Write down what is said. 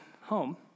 home